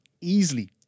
easily